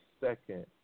second